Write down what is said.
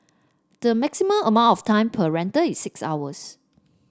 the maximum amount of time per rental is six hours